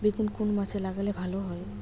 বেগুন কোন মাসে লাগালে ভালো হয়?